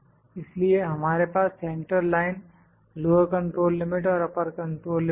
इसलिए हमारे पास central line lower control limit और अपर कंट्रोल लिमिट है